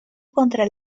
contra